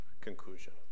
conclusion